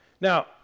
Now